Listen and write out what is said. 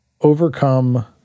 overcome